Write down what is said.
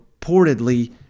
reportedly